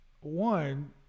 One